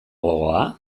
gogoa